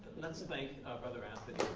let's thank brother anthony.